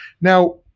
Now